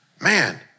Man